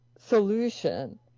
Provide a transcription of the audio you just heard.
solution